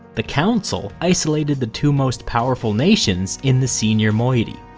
the council isolated the two most powerful nations in the senior moiety.